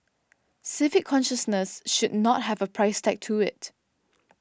civic consciousness should not have a price tag to it